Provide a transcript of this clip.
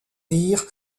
vire